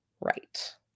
right